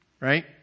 Right